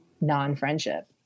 non-friendship